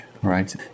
Right